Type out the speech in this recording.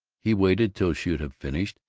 he waited till she should have finished,